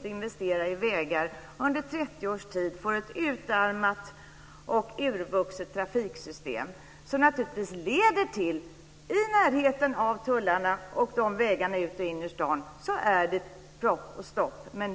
att investera i vägar, och resultatet är ett utarmat och urvuxet trafiksystem, vilket gör att det blir stopp i närheten av tullarna och på vägarna ut ur och in i stan.